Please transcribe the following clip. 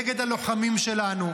נגד הלוחמים שלנו,